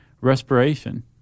respiration